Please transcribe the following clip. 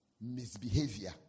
Misbehavior